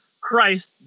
Christ